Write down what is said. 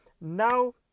Now